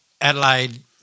Adelaide